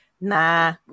Nah